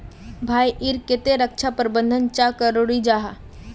भाई ईर केते रक्षा प्रबंधन चाँ जरूरी जाहा?